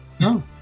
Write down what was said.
No